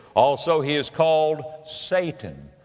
also, he is called satan.